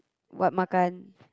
what makan